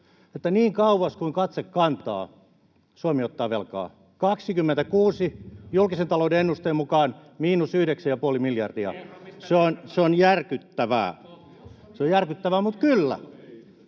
niin kauas kuin katse kantaa, Suomi ottaa velkaa, vuonna 26 julkisen talouden ennusteen mukaan miinus yhdeksän ja puoli miljardia. Se on järkyttävää. Se on järkyttävää, mutta kyllä,